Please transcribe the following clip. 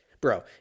Bro